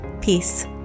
Peace